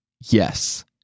yes